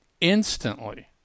Instantly